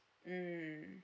mm